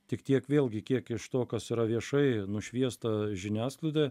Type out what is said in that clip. tik tiek vėlgi kiek iš to kas yra viešai nušviesta žiniasklaidoje